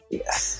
yes